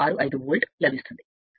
65 volt లభిస్తుంది